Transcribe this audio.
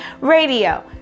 Radio